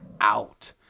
out